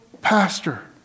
pastor